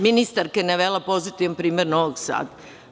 Ministarka je navela pozitivan primer u Novog Sada.